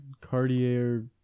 Cartier